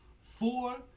four